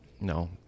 No